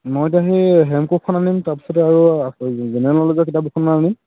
মই এতিয়া সেই হেমকোষখন আনিম তাৰপিছত আৰু জেনেৰেল ন'লেজৰ কিতাপ দুখনমান আনিম